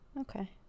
Okay